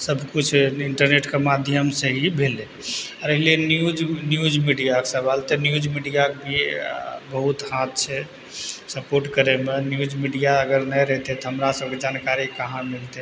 सबकिछु इन्टरनेटके ही माध्यमसँ ही भेलय रहलइ न्यूज मीडिया न्यूज मीडियाके सवाल तऽ न्यूज मीडियाके भी बहुत हाथ छै सपोर्ट करयमे न्यूज मीडिया अगर नहि रहितइ तऽ हमरा सभके जानकारी कहाँ मिलतइ